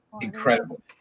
incredible